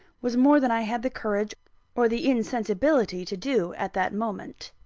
was more than i had the courage or the insensibility to do at that moment.